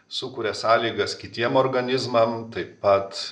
sukuria sąlygas kitiem organizmam taip pat